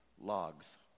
logs